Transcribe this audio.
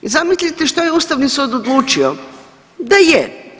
I zamislite što je ustavni sud odlučio, da je.